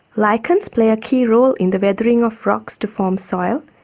lichens play a key role in the weathering of rocks to form soil,